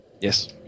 Yes